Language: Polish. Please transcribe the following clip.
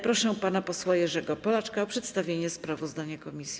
Proszę pana posła Jerzego Polaczka o przedstawienie sprawozdania komisji.